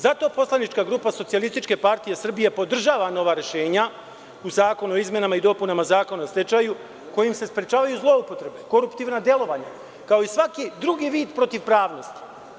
Zato poslanička grupa Socijalističke partije Srbije podržava nova rešenja u Zakonu o izmenama i dopunama Zakona o stečaju, kojim se sprečavaju zloupotrebe, koruptivna delovanja, kao i svaki drugi vid protivpravnosti.